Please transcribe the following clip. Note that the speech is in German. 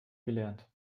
gelernt